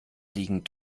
liegen